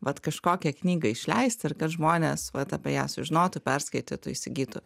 vat kažkokią knygą išleisti ir kad žmonės vat apie ją sužinotų perskaitytų įsigytų